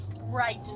Right